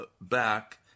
back